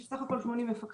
יש סך הכל 80 מפקחים,